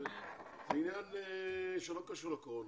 זה עניין שלא קשור לקורונה.